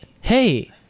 hey